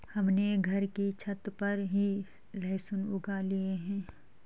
हमने घर की छत पर ही लहसुन उगा लिए हैं